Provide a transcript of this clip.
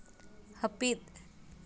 ᱦᱟᱹᱯᱤᱫ